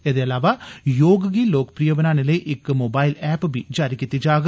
एह्दे इलावा ''योग'' गी लोकप्रिय बनाने लेई इक मोबाइल ऐप बी जारी कीती जाग